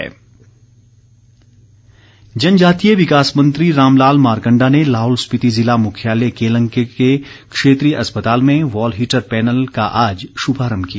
मारकंडा जनजातीय विकास मंत्री रामलाल मारकंडा ने लाहौल स्पिति जिला मुख्यालय केलंग के क्षेत्रीय अस्पताल में वॉल हीटर पैनल का आज शुभारम्भ किया